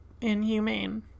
inhumane